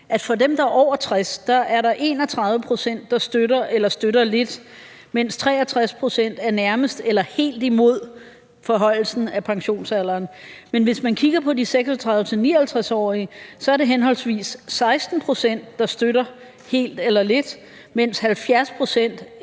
at blandt dem, der er over 60 år, er der 31 pct., der støtter eller støtter lidt, mens 63 pct. er nærmest eller helt imod forhøjelsen af pensionsalderen. Men hvis man kigger på de 36-59-årige, er det henholdsvis 16 pct., der støtter helt eller lidt, mens 70 pct.